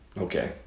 Okay